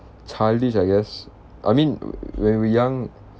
childish I guess I mean w~ when we young